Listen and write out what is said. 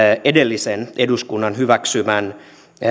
edellisen eduskunnan hyväksymän